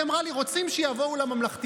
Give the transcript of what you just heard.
היא אמרה לי: רוצים, שיבואו לממלכתי.